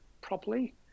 properly